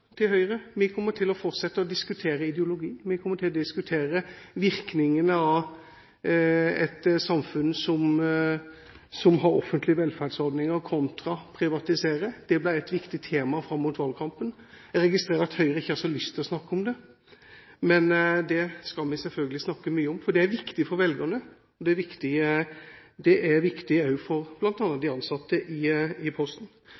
Til Høyre: La det være helt klart at vi kommer til å fortsette å diskutere ideologi, vi kommer til å diskutere virkningene av et samfunn som har offentlige velferdsordninger kontra det å privatisere. Det blir et viktig tema fram mot valgkampen. Jeg registrerer at Høyre ikke har så lyst til å snakke om det, men det skal vi selvfølgelig snakke mye om, for det er viktig for velgerne, og det er viktig for bl.a. de ansatte i Posten.